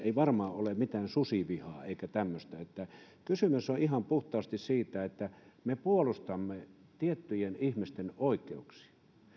ei varmaan ole mitään susivihaa eikä tämmöistä kysymys on ihan puhtaasti siitä että me puolustamme tiettyjen ihmisten oikeuksia